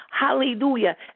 Hallelujah